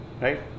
right